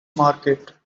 market